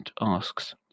Ask's